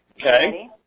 Okay